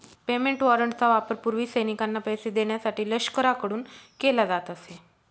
payment वॉरंटचा वापर पूर्वी सैनिकांना पैसे देण्यासाठी लष्कराकडून केला जात असे